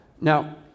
now